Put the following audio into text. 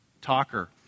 talker